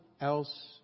else